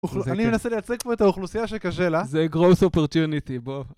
אני מנסה לייצג פה את האוכלוסייה שקשה לה. זה גרוס אופרטיוניטי, בוא.